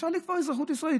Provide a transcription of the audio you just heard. אפשר לקבוע אזרחות ישראלית.